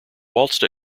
whilst